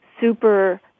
super